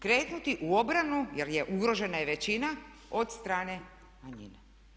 Krenuti u obranu, jer je ugrožena je većina od strane manjina.